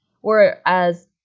whereas